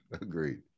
agreed